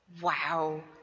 wow